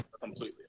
completely